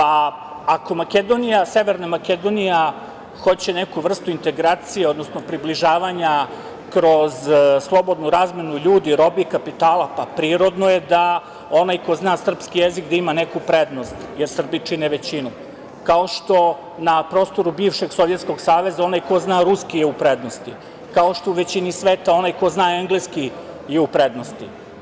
Ako Severna Makedonija hoće neku vrstu integracije, odnosno približavanja kroz slobodnu razmenu ljudi, robe, kapitala, pa prirodno je da onaj ko zna srpski jezik da ima neku prednost, jer Srbi čine većinu, kao što na prostoru bivšeg Sovjetskog saveza onaj ko zna ruski je u prednosti, kao što u većini sveta onaj ko zna engleski je u prednosti.